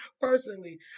personally